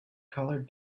colored